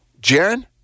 jaron